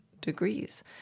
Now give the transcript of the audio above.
degrees